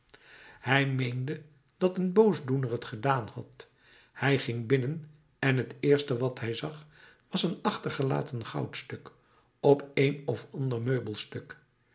hij meende dat een boosdoener het gedaan had hij ging binnen en t eerste wat hij zag was een achtergelaten goudstuk op een of ander meubelstuk